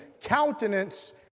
countenance